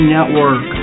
Network